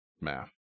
math